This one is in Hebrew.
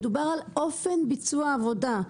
מדובר על אופן ביצוע העבודה.